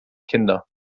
kinder